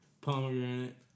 pomegranate